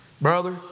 Brother